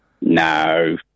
No